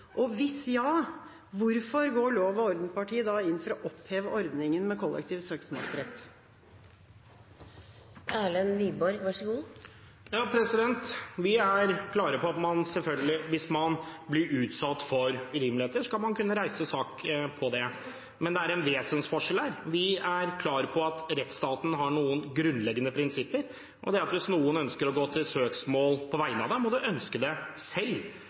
dumping. Hvis ja, hvorfor går da lov-og-orden-partiet inn for å oppheve ordningen med kollektiv søksmålsrett? Vi er klare på at man, hvis man blir utsatt for urimeligheter, selvfølgelig skal kunne reise sak om det. Men det er en vesensforskjell her: Vi er klare på at rettsstaten har noen grunnleggende prinsipper, og det er at hvis noen ønsker å gå til søksmål på vegne av en, må man ønske det selv.